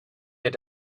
had